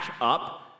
up